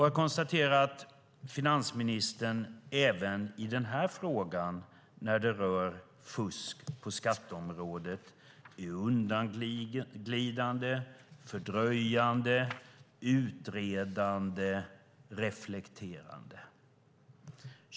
Jag konstaterar att finansministern även i den här frågan när det rör fusk på skatteområdet är undanglidande, fördröjande, utredande och reflekterande.